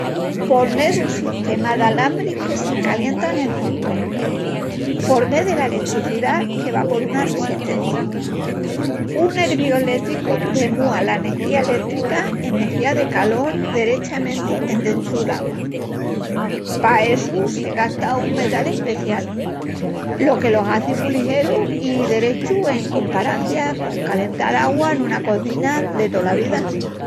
Por mé dun sistema d'alambri que se calienta nel hondón, por mé dela letricidá que va por una ressestencia. Un herviol létricu demúa la energía létrica en energía de calol derechamenti endrentu l'augua, pa essu se gasta un metal especial, lo que lo hazi mu ligeru i derechu en comparancia con calental augua nuna cozina de tola vida.